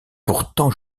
pourtant